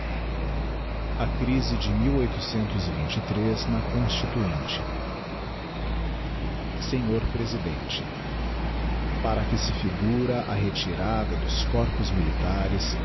a crise de ti na constituinte sr presidente para que se figura a retirada dos corpos militares